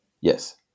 Yes